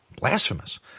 blasphemous